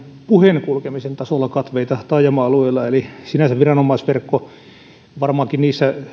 puheen kulkemisen tasolla katveita taajama alueilla eli sinänsä viranomaisverkko varmaankin